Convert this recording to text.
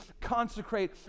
consecrate